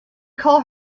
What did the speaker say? call